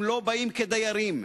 הם לא באים כדיירים,